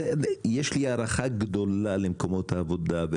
יש לי הערכה גדולה למקומות העבודה,